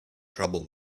trouble